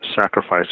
sacrifice